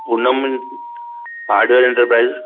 Poonam and hardware enterprises